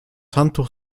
handtuch